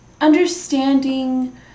understanding